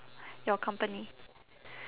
your company